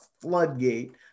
floodgate